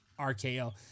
RKO